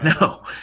No